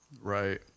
right